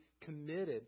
committed